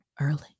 early